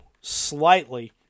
slightly